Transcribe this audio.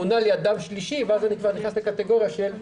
מונה לו אדם שלישי ואז הוא כבר נכנס לקטגוריה של מקצועי.